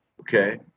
Okay